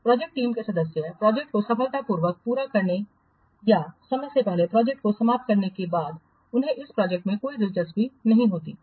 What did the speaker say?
project team के सदस्य project को सफलतापूर्वक पूरा करने या समय से पहले प्रोजेक्ट को समाप्त करने के बाद उन्हें उस प्रोजेक्ट में कोई दिलचस्पी नहीं होती है